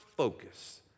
Focus